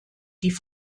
die